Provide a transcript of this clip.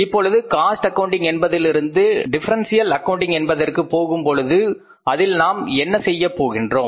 இப்பொழுது cost accounting என்பதிலிருந்து differential accounting என்பதற்கு போகும்பொழுது அதில் நாம் என்ன செய்யப் போகின்றோம்